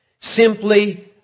simply